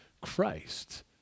Christ